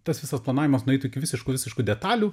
tas visas planavimas nueitų iki visiškų visiškų detalių